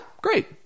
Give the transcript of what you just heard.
great